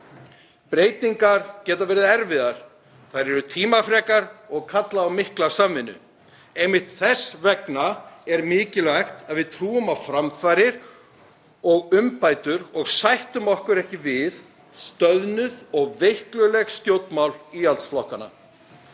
Breytingar geta verið erfiðar. Þær eru tímafrekar og kalla á mikla samvinnu. Einmitt þess vegna er mikilvægt að við trúum á framfarir og umbætur og sættum okkur ekki við stöðnuð og veikluleg stjórnmál íhaldsflokkanna.